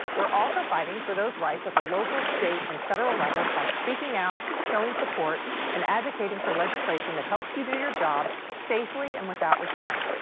we're also fighting for those rights at the local, state and federal levels by speaking out, showing support and advocating for legislation that helps you do your jobs safely and without restraint.